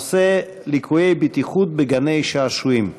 הנושא: ליקויי בטיחות בגני-שעשועים.